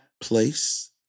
place